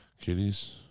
Kitties